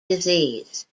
disease